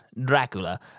Dracula